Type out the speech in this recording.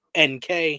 nk